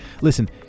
Listen